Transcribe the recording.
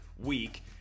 week